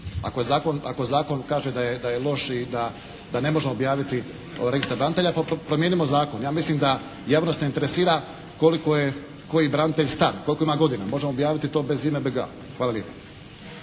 ako zakon kaže da je loš i da ne možemo objaviti registar branitelja, pa promijenimo zakon. Ja mislim da javnost ne interesira koliko je koji branitelj star, koliko ima godina, možemo objaviti to bez JMBG-a. Hvala lijepa.